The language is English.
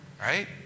Right